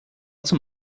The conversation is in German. zum